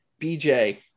bj